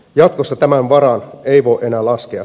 jatkossa tämän varaan ei voi enää laskea